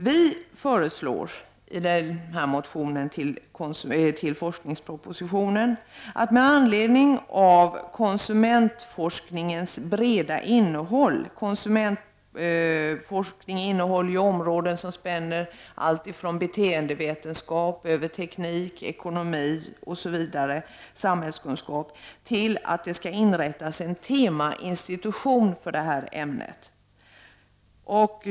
Vi föreslår i en motion i anslutning till forskningspropositionen att det med anledning av konsumentforskningens breda innehåll — den omfattar flera områden som beteendeforskning, teknik, ekonomi och samhällskunskap — skall inrättas en temainstitution för det här ämnet.